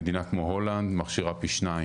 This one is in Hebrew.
מדינה כמו הולנד מכשירה פי 2,